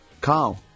Carl